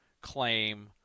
claim